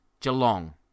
Geelong